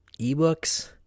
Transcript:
ebooks